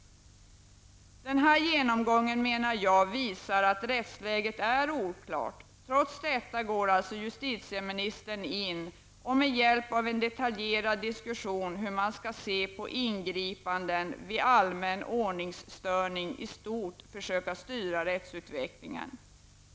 Jag menar att den här genomgången visar att rättsläget är oklart. Trots detta går alltså justitieministern in för att, med hjälp av en detaljerad diskussion om hur man skall se på ingripanden vid störande av allmän ordning, försöka styra rättsutvecklingen.